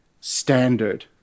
standard